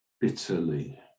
bitterly